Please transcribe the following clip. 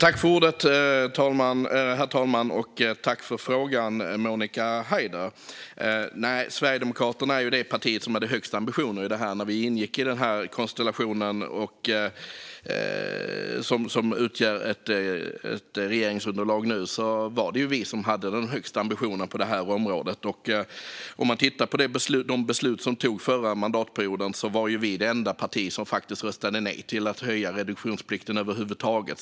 Herr talman! Tack för frågan, Monica Haider! Sverigedemokraterna är det parti som hade de högsta ambitionerna på det här området när vi gick in i den konstellation som nu utgör ett regeringsunderlag. Om man tittar på de beslut som togs förra mandatperioden ser man att Sverigedemokraterna var det enda parti som faktiskt röstade nej till att höja reduktionsplikten över huvud taget.